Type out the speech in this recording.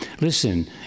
Listen